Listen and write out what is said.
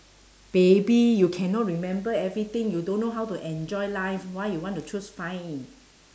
baby you cannot remember everything you don't know how to enjoy life why you want to choose five